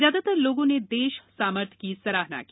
ज्यादातर लोगों ने देश सामर्थ की सराहना की